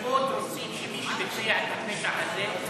שהם מאוד רוצים שמי שביצע את פשע הזה יקבל דין חמור ביותר.